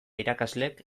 irakasleek